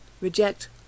reject